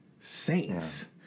saints